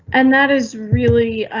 and that is really,